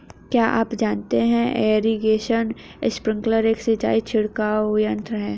क्या आप जानते है इरीगेशन स्पिंकलर एक सिंचाई छिड़काव यंत्र है?